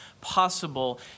possible